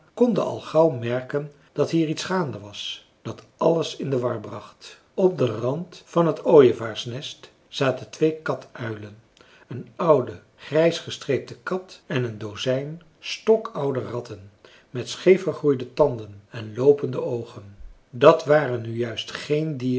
konden al gauw merken dat hier iets gaande was dat alles in de war bracht op den rand van het ooievaarsnest zaten twee katuilen een oude grijsgestreepte kat en een dozijn stokoude ratten met scheefgegroeide tanden en loopende oogen dat waren nu juist geen dieren